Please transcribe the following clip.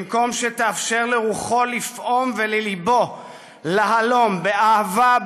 במקום שתאפשר לרוחו לפעום ולליבו להלום באהבה,